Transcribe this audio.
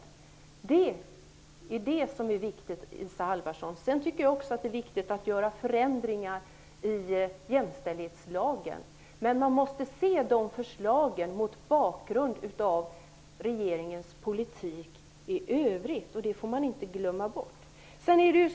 Det är det som är viktigt, Isa Halvarsson. Jag tycker också att det är viktigt att göra förändringar i jämställdhetslagen, men man måste se de förslagen mot bakgrund av regeringens politik i övrigt. Det får man inte glömma bort.